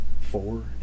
four